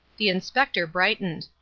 the inspector brightened.